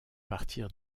partir